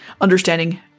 understanding